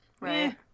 Right